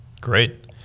Great